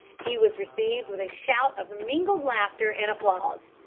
he was received with a shout of mingled laughter and applause.